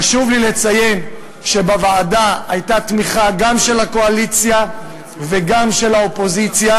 חשוב לי לציין שבוועדה הייתה תמיכה גם של הקואליציה וגם של האופוזיציה,